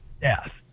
death